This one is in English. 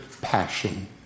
passion